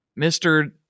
Mr